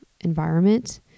environment